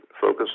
Focus